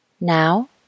Now